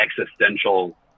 existential